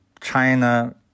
China